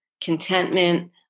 contentment